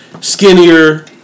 skinnier